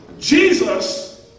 Jesus